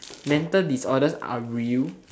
mental disorders are real